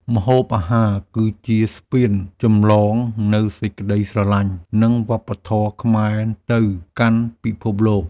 ម្ហូបអាហារគឺជាស្ពានចម្លងនូវសេចក្តីស្រឡាញ់ និងវប្បធម៌ខ្មែរទៅកាន់ពិភពលោក។